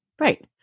Right